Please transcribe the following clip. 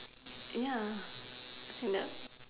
ya in the